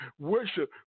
worship